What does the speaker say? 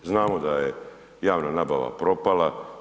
Znamo da je javna nabava propala.